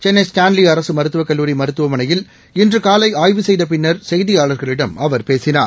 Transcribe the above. சென்னை ஸ்டான்லிஅரசுமருத்துவக் கல்லூரி மருத்துவமனையில் இன்றகாலைஆய்வு செய்தபின்னர் செய்தியாளர்களிடம் அவர் பேசினார்